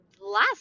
last